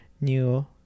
new